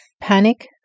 panic